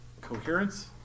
coherence